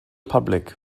public